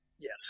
Yes